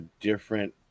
different